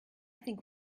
think